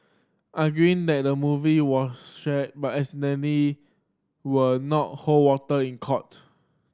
arguing that the movie was shared by accidentally will not hold water in court